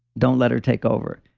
don't let her take over.